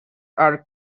are